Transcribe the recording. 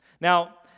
Now